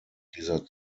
dieser